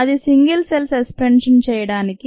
అది single cell suspend చేయడానికి